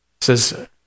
says